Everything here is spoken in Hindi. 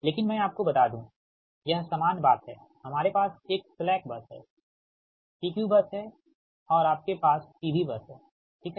लेकिन मैं आपको बता दूं यह सामान्य बात है हमारे पास एक स्लैक बस है PQ बस हैं और आपके पास PV बस है ठीक है